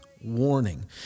warning